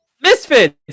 Misfits